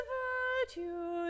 virtue